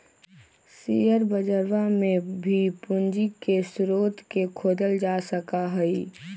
share बजरवा में भी पूंजी के स्रोत के खोजल जा सका हई